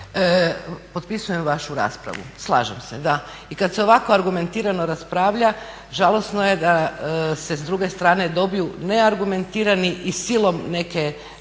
potpisujem vašu raspravu. Slažem se da i kad se ovako argumentirano raspravlja žalosno je da se s druge strane dobiju neargumentirani i silom neki